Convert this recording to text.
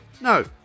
No